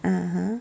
(uh huh)